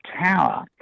Tower